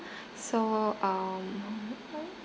so um